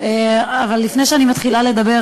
לפני שאני מתחילה לדבר,